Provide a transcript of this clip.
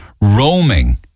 roaming